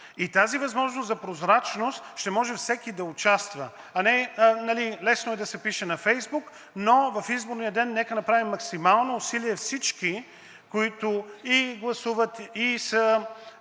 в тази възможност за прозрачност ще може всеки да участва. Лесно е да се пише на Фейсбук, но нека в изборния ден всички направим максимално усилие – тези, които гласуват и са